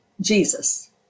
Jesus